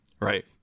Right